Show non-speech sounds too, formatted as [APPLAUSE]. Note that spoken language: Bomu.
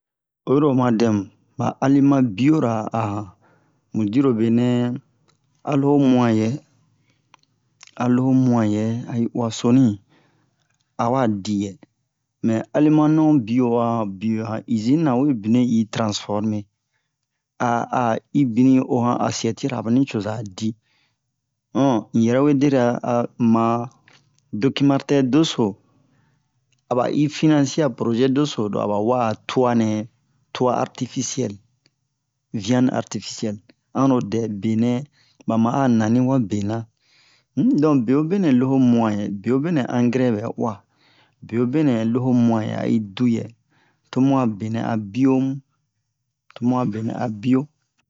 oyiro oma dɛmu ba aliment biora ahan mu dirobenɛ alo ho muayɛ alo muayɛ a'i uwa sonui awa diyɛ mɛ aliment non-bio ho'a han bio han usine nawe bini i transformer a a'i bini ohan assiette ra abani coza di [HESITATION] un yɛrɛ deria ama documentaire doso aba'i financer a projet doso lo aba wa'a tuanɛ tua artificiel viande artificielle ano dɛ benɛ bama'a naniwa bena um don beobenɛ loho mua yɛ beobenɛ engrais bɛ uwa beobenɛ loho muayɛ ayi du yɛ tomu'a benɛ a bio mu tomu'a benɛ a bio